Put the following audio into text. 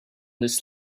this